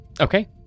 Okay